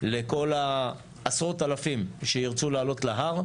לכל עשרות האלפים שירצו לעלות להר.